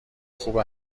خوب